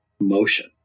motion